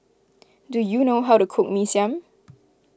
do you know how to cook Mee Siam